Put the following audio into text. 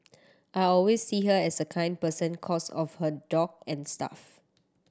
I always see her as a kind person cos of her dog and stuff